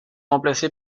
remplacé